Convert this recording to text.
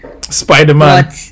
Spider-Man